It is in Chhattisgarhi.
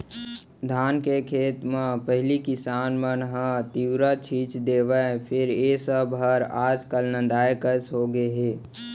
धान के खेत म पहिली किसान मन ह तिंवरा छींच देवय फेर ए सब हर आज काल नंदाए कस होगे हे